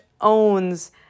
owns